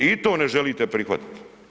I to ne želite prihvatit.